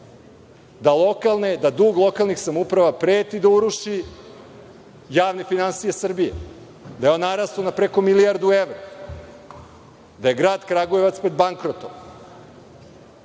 da dug lokalnih samouprava preti da uruši javne finansije Srbije, da je on narastao na preko milijardu evra, da je Grad Kragujevac pred bankrotom.